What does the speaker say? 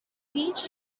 beach